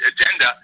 agenda